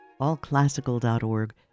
allclassical.org